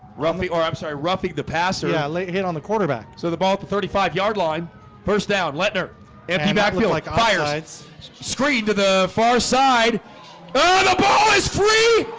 roughly or i'm sorry roughing the passer yeah late hit on the quarterback so the ball at the thirty five yard line first down letner and be back feel like higher lights screen to the far side ah the ball is free.